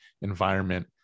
environment